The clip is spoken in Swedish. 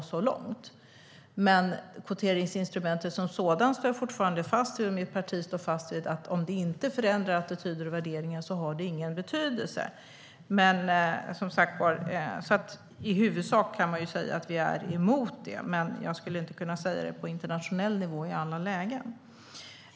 Men när det gäller kvoteringsinstrumentet som sådant står jag och mitt parti fortfarande fast vid att om det inte förändrar attityder och värderingar har det ingen betydelse. I huvudsak kan man alltså säga att vi är emot kvotering, men inte på internationell nivå i alla lägen.